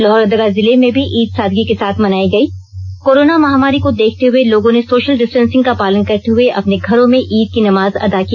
लोहरदगा जिले में भी ईद सादगी के साथ मनायी गयी कोरोना महामारी को देखते हुए लोगों ने सोशल डिस्टेंसिंग का पालन करते हुए अपने घरों में ईद की नमाज अदा की